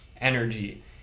energy